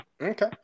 Okay